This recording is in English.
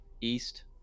east